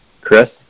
Chris